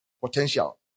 Potential